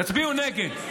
תצביעו נגד.